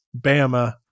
Bama